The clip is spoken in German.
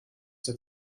der